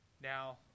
now